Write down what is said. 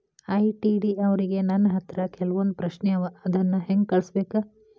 ITD ಅವ್ರಿಗೆ ನನ್ ಹತ್ರ ಕೆಲ್ವೊಂದ್ ಪ್ರಶ್ನೆ ಅವ ಅದನ್ನ ಹೆಂಗ್ ಕಳ್ಸ್ಬೇಕ್?